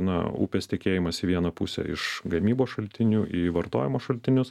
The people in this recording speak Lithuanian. na upės tekėjimas į vieną pusę iš gamybos šaltinių į vartojimo šaltinius